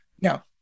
Now